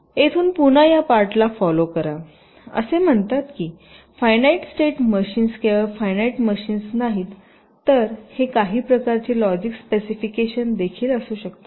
येथून पुन्हा या पार्टला फॉलो कराहे असे म्हणतात की फायनाईट स्टेट मशीन्स केवळ फायनाईट मशीन्सच नाहीत तर हे काही प्रकारचे लॉजिक स्पेसिफिकेशन देखील असू शकतात